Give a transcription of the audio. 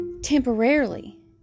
temporarily